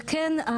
וכן,